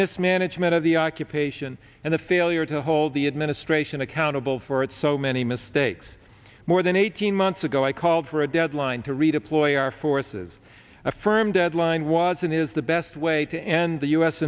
mismanagement of the occupation and the failure to hold the administration accountable for its so many mistakes more than eighteen months ago i called for a deadline to redeploy our forces a firm deadline was and is the best way to end the u